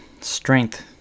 strength